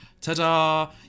Ta-da